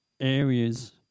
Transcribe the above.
areas